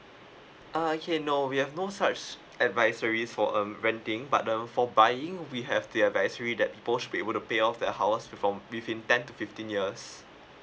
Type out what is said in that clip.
ah okay no we have no such advisories for um renting but um for buying we have their advisories that people should be able to pay off the house from within ten to fifteen years